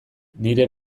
nire